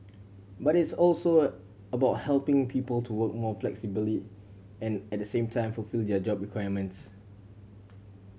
but it's also about helping people to work more flexibly and at the same time fulfil their job requirements